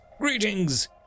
greetings